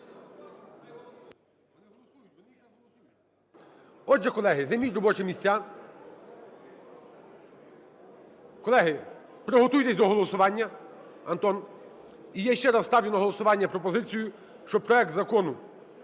Отже, колеги, займіть робочі місця. Колеги, приготуйтесь до голосування. Антон! І я ще раз ставлю на голосування пропозицію, щоб проект Закону